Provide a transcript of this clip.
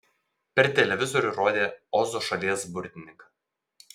per televizorių rodė ozo šalies burtininką